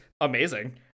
amazing